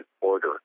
order